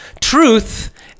Truth